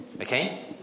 Okay